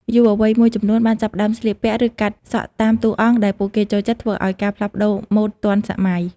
យុវវ័យមួយចំនួនបានចាប់ផ្តើមស្លៀកពាក់ ឬកាត់សក់តាមតួអង្គដែលពួកគេចូលចិត្តធ្វើឲ្យមានការផ្លាស់ប្តូរម៉ូដទាន់សម័យ។